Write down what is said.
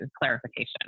clarification